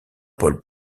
paul